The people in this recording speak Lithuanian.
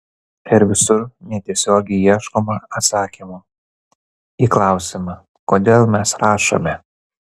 ir visur netiesiogiai ieškoma atsakymo į klausimą kodėl mes rašome